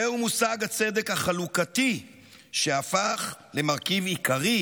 זהו מושג הצדק החלוקתי שהפך למרכיב עיקרי,